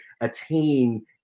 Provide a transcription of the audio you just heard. attain